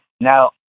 Now